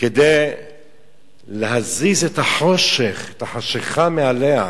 כדי להזיז את החושך, את החשכה מעליה.